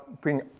Bring